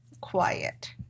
quiet